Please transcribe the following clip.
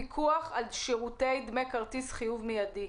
(פיקוח של שירותי דמי כרטיס חיוב מיידי).